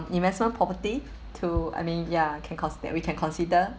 investment property to I mean ya can con~ that we can consider